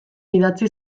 idatzi